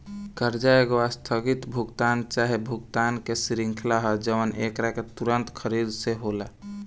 कर्जा एगो आस्थगित भुगतान चाहे भुगतान के श्रृंखला ह जवन एकरा के तुंरत खरीद से होला